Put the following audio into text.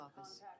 office